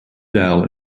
dell